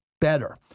better